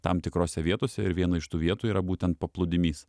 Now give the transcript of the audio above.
tam tikrose vietose ir viena iš tų vietų yra būtent paplūdimys